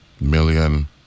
million